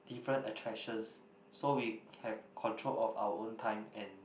different attractions so we have control of our own time and